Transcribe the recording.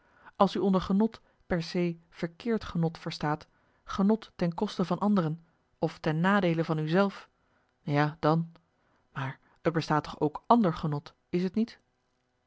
als u onder genot per se verkeerd genot verstaat genot ten koste van anderen of ten nadeele van u zelf ja dan maar er bestaat toch ook ander genot is t niet